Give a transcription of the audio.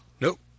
Nope